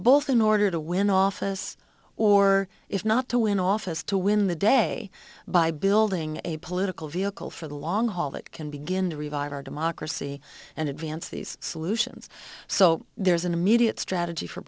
both in order to win office or if not to win office to win the day by building a political vehicle for the long haul that can begin to revive our democracy and advance these solutions so there's an immediate strategy for